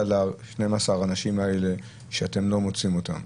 ל-12 האנשים האלה שאתם לא מוצאים אותם.